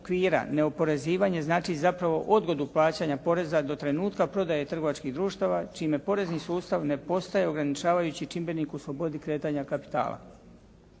okvira neoporezivanje znači zapravo odgodu plaćanja poreza do trenutka prodaje trgovačkih društava čime porezni sustav ne postaje ograničavajući čimbenik u slobodi kretanja kapitala.